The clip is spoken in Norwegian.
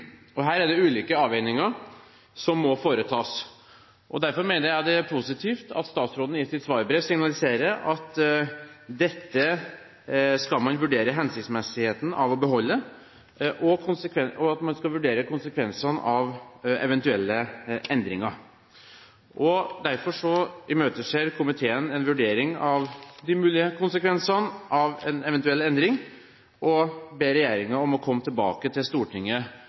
pst. Her er det ulike avveininger som må foretas. Derfor mener jeg det er positivt at statsråden i sitt svarbrev signaliserer at dette skal man vurdere hensiktsmessigheten av å beholde, og at man skal vurdere konsekvensene av eventuelle endringer. Derfor imøteser komiteen en vurdering av de mulige konsekvensene av en eventuell endring og ber regjeringen om å komme tilbake til Stortinget